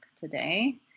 today